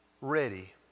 ready